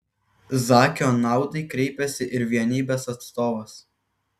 zakio naudai kreipėsi ir vienybės atstovas